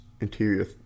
Interior